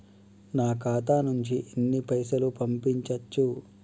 నా ఖాతా నుంచి ఎన్ని పైసలు పంపించచ్చు?